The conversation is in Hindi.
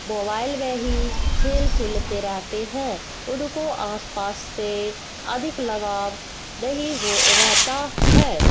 मोबाइल में ही खेल खेलते रहते हैं उनको आसपास से अधिक लगाव नहीं हो रहता है